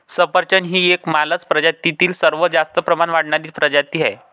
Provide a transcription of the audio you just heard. सफरचंद ही मालस प्रजातीतील सर्वात जास्त प्रमाणात वाढणारी प्रजाती आहे